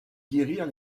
guérir